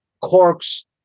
corks